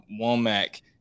Womack